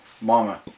Mama